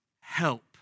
help